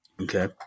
Okay